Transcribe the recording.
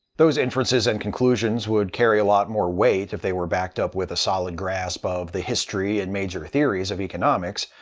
those inferences and conclusions would carry a lot more weight if they were backed up with a solid grasp of the history and major theories of economics.